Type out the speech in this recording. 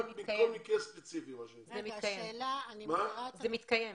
זה מתקיים.